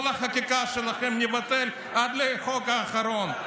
את כל החקיקה שלכם נבטל עד לחוק האחרון.